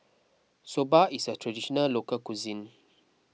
Soba is a Traditional Local Cuisine